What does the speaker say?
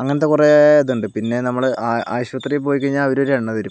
അങ്ങനത്തെ കുറേ ഇതുണ്ട് പിന്നെ നമ്മള് ആശുപത്രി പോയിക്കഴിഞ്ഞാൽ അവര് ഒരു എണ്ണ തരും